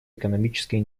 экономической